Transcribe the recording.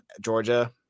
georgia